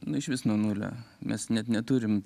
nu išvis nuo nulio mes net neturim